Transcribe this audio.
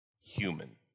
human